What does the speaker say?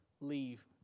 leave